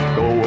go